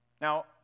Now